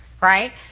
right